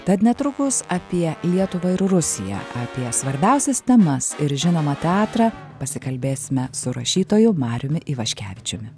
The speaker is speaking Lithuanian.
tad netrukus apie lietuvą ir rusiją apie svarbiausias temas ir žinoma teatrą pasikalbėsime su rašytoju mariumi ivaškevičiumi